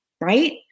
Right